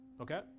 Okay